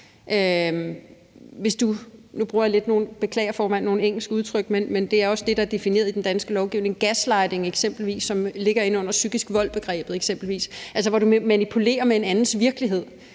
nu bruger jeg lidt nogle engelske udtryk, men det er også det, der er defineret i den danske lovgivning – gaslighting, som ligger inde under psykisk vold-begrebet, altså hvor du manipulerer med en andens virkelighed,